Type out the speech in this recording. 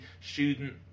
student